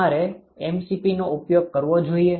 તમારે mCpનો ઉપયોગ કરવો જોઈએ